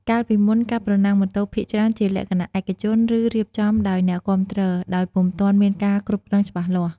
កាលពីមុន ការប្រណាំងម៉ូតូភាគច្រើនជាលក្ខណៈឯកជន ឬរៀបចំដោយអ្នកគាំទ្រ ដោយពុំទាន់មានការគ្រប់គ្រងច្បាស់លាស់។